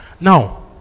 Now